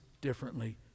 differently